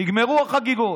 נגמרו החגיגות.